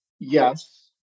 Yes